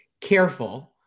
careful